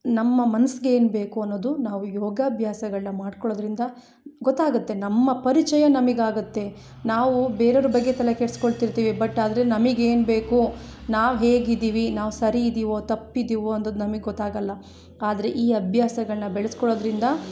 ನಮ್ಮಮನ್ಸಿಗೆ ಏನುಬೇಕು ಅನ್ನೋದು ನಾವು ಯೋಗಾಭ್ಯಾಸಗಳ್ನ ಮಾಡಿಕೊಳ್ಳೋದ್ರಿಂದ ಗೊತ್ತಾಗುತ್ತೆ ನಮ್ಮ ಪರಿಚಯ ನಮಗ್ ಆಗುತ್ತೆ ನಾವು ಬೇರೆಯವ್ರ ಬಗ್ಗೆ ತಲೆ ಕೆಡಿಸ್ಕೊಳ್ತಿರ್ತೀವಿ ಬಟ್ ಆದರೆ ನಮಗೇನ್ ಬೇಕು ನಾವು ಹೇಗಿದ್ದೀವಿ ನಾವು ಸರಿ ಇದಿವೋ ತಪ್ಪಿದ್ದಿವೋ ಅನ್ನೋದು ನಮಗ್ ಗೊತ್ತಾಗೊಲ್ಲ ಆದರೆ ಈ ಅಭ್ಯಾಸಗಳ್ನ ಬೆಳಸ್ಕೊಳ್ಳೋದ್ರಿಂದ